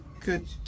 good